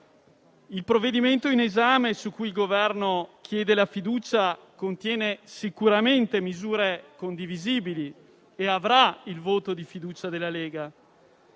il provvedimento in esame su cui il Governo chiede la fiducia contiene sicuramente misure condivisibili e, quindi, avrà il voto di fiducia della Lega.